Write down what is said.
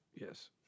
Yes